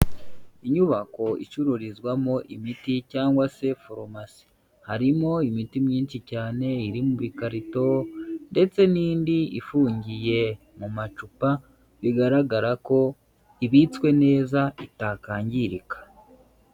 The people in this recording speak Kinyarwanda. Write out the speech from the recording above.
Inyubako icururizwamo imiti cyangwa se forumasi, harimo imiti myinshi cyane iri mubikarito ndetse n'indi ifungiye mu macupa, bigaragara ko ibitswe neza itakangirika.